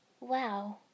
wow